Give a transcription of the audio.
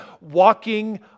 walking